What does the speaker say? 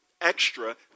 extra